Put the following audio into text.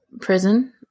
prison